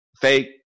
fake